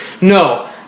no